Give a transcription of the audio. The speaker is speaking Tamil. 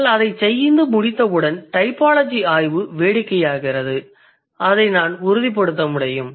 நீங்கள் அதைச் செய்ய முடிந்தவுடன் டைபாலஜி ஆய்வு வேடிக்கையாகிறது அதை நான் உறுதிப்படுத்த முடியும்